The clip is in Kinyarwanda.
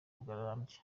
burambye